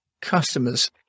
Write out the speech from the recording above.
customers